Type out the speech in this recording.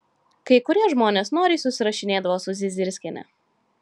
kai kurie žmonės noriai susirašinėdavo su zizirskiene